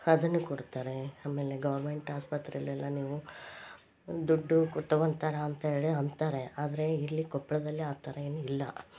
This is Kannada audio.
ಅದನ್ನು ಕೊಡ್ತಾರೆ ಅಮೇಲೆ ಗೌರ್ಮೆಂಟ್ ಆಸ್ಪತ್ರೆಲ್ಲೆಲ್ಲಾ ನೀವು ದುಡ್ಡು ಕೊಟ್ಟು ತೊಗೊತಾರೆ ಅಂತೇಳಿ ಅಂತಾರೆ ಆದರೆ ಇಲ್ಲಿ ಕೊಪ್ಪಳದಲ್ಲಿ ಆ ಥರ ಏನು ಇಲ್ಲ